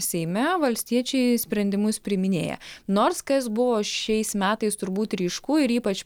seime valstiečiai sprendimus priiminėja nors kas buvo šiais metais turbūt ryšku ir ypač